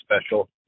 special